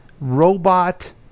robot